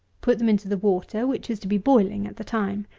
put them into the water, which is to be boiling at the time.